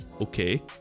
okay